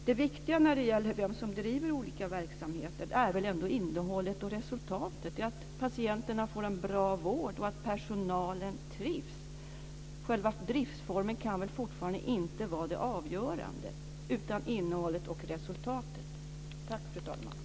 Det viktiga när det gäller vem som driver olika verksamheter är väl ändå innehållet och resultatet, att patienterna får en bra vård och att personalen trivs. Det avgörande kan väl inte vara själva driftsformen utan innehållet och resultatet. Tack, fru talman.